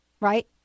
Right